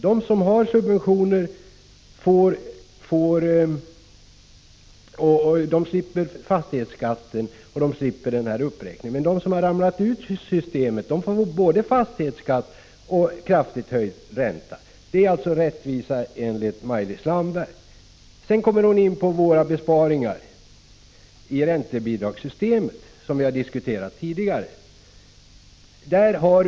De som har subventioner slipper fastighetsskatt och de slipper ränteuppräkningen. Men de som har ramlat ur systemet får både fastighetsskatt och kraftigt höjd ränta. Det är rättvisa enligt Maj-Lis Landberg. Sedan kommer hon in på våra besparingsförslag i räntebidragssystemet, som har diskuterats tidigare.